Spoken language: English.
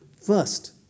First